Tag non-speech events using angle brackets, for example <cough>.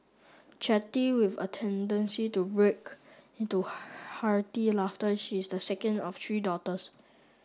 chatty with a tendency to break into <unintelligible> hearty laughter she is the second of three daughters